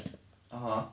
(uh huh)